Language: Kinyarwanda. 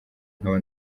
nkaba